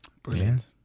brilliant